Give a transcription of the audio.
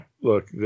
Look